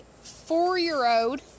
four-year-old